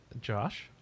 Josh